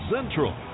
Central